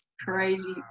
crazy